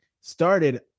started